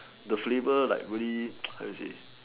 the flavour like really how do you say